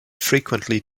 frequently